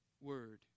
word